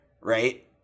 right